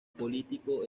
político